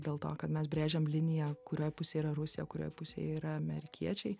dėl to kad mes brėžiam liniją kurioj pusėj yra rusija kurioj pusėj yra amerikiečiai